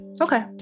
Okay